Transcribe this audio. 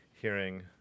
hearing